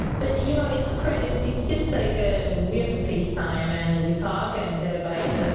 but, you know, it's crazy. it seems like ah we have a face time and we talk and they're like,